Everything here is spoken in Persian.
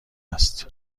است